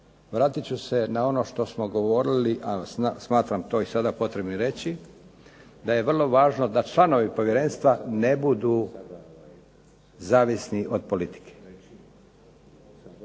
vratit ću se na ono što smo govorili, a smatram to sada i potrebno reći, da je vrlo važno da članovi povjerenstva ne budu zavisni od politike.